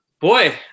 Boy